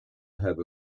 have